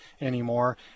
anymore